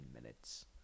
minutes